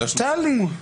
טלי.